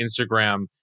Instagram